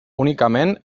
únicament